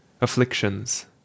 Afflictions